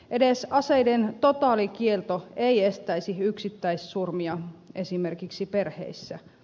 edes aseiden totaalikielto ei estäisi yksittäissurmia esimerkiksi perheissä